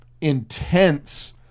intense